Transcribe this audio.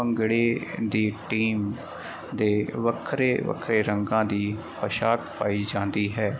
ਭੰਗੜੇ ਦੀ ਟੀਮ ਦੇ ਵੱਖਰੇ ਵੱਖਰੇ ਰੰਗਾਂ ਦੀ ਪੁਸ਼ਾਕ ਪਾਈ ਜਾਂਦੀ ਹੈ